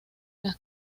las